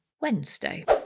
Wednesday